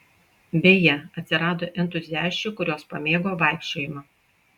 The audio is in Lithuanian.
beje atsirado entuziasčių kurios pamėgo vaikščiojimą